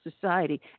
society